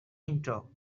intro